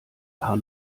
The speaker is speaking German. paar